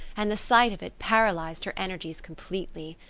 and the sight of it paralyzed her energies completely.